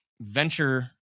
venture